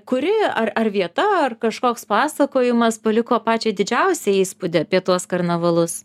kuri ar ar vieta ar kažkoks pasakojimas paliko pačią didžiausią įspūdį tuos karnavalus